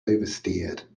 oversteered